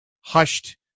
hushed